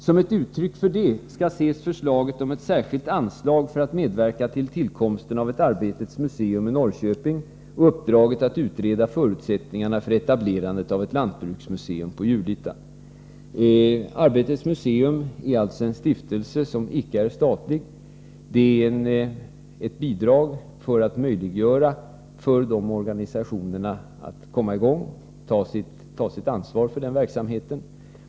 Som ett uttryck för detta skall ses förslaget om ett särskilt anslag för att medverka till tillkomsten av ett Arbetets museum i Norrköping och uppdraget att utreda förutsättningarna för etablerandet av ett lantbruksmuseum på Julita. Arbetets museum är en stiftelse som icke är statlig. Det gäller här ett bidrag för att möjliggöra för de berörda organisationerna att komma i gång och ta sitt ansvar för den verksamheten.